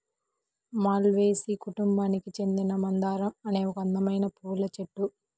మాల్వేసి కుటుంబానికి చెందిన మందారం అనేది ఒక అందమైన పువ్వుల చెట్టు